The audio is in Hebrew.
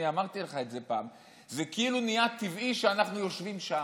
אני אמרתי לך את זה פעם: זה כאילו נהיה טבעי שאנחנו יושבים שם.